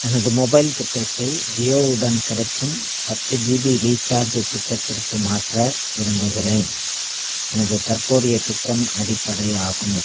எனது மொபைல் திட்டத்தை ஜியோவுடன் கிடைக்கும் பத்து ஜிபி ரீசார்ஜு திட்டத்திற்கு மாற்ற விரும்புகிறேன் எனது தற்போதைய திட்டம் அடிப்படை ஆகும்